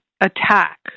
attack